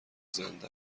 زنده